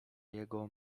jego